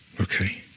Okay